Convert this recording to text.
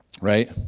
right